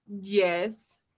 yes